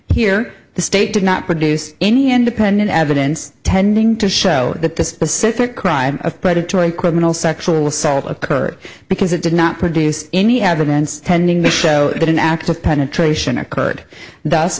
here the state did not produce any independent evidence tending to show that the specific crime of predatory quinnell sexual assault occurred because it did not produce any evidence tending to show that an act of penetration occurred